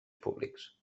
públics